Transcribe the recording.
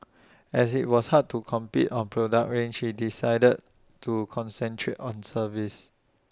as IT was hard to compete on product range he decided to concentrate on service